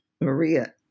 Maria